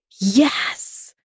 Yes